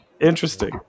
Interesting